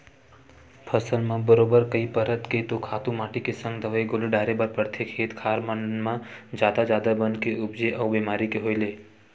फसल म बरोबर कई परत के तो खातू माटी के संग दवई गोली डारे बर परथे, खेत खार मन म जादा जादा बन के उपजे अउ बेमारी के होय ले